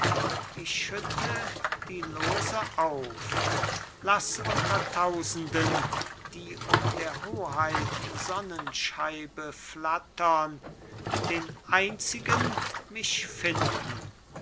ich schütte die lose auf laß unter tausenden die um der hoheit sonnenscheibe flattern den einzigen mich finden